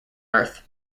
earth